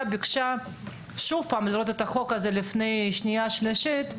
שביקשה להעביר אליה את החוק הזה לפני קריאה שנייה ושלישית.